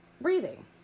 breathing